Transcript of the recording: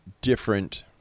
different